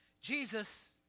Jesus